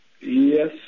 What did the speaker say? Yes